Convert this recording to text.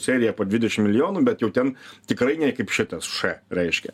serija po dvidešim milijonų bet jau ten tikrai ne kaip šitas š reiškia